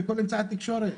בכל אמצעי התקשורת.